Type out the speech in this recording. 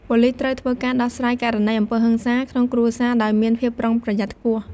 ប៉ូលិសត្រូវធ្វើការដោះស្រាយករណីអំពើហិង្សាក្នុងគ្រួសាដោយមានភាពប្រុងប្រយ័ត្តខ្ពស់។